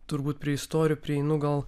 turbūt prie istorijų prieinu gal